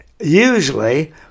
Usually